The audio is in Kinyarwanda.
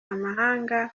amahanga